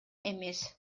эмес